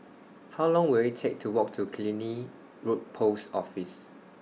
How Long Will IT Take to Walk to Killiney Road Post Office